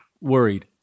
worried